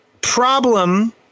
problem